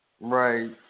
Right